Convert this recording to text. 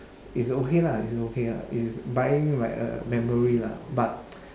is okay lah is okay lah is buying like a memory lah but